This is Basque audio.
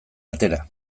atera